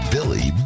Billy